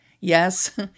Yes